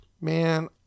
man